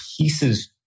pieces